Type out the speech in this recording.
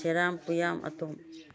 ꯁꯦꯔꯥꯝ ꯄꯨꯌꯥꯝ ꯑꯇꯣꯝ